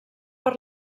per